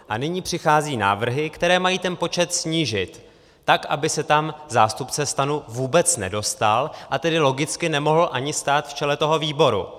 A nyní přicházejí návrhy, které mají ten počet snížit tak, aby se tam zástupce STAN vůbec nedostal, a tedy logicky nemohl ani stát v čele toho výboru.